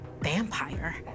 Vampire